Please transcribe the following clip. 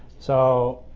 so,